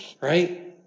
right